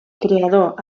creador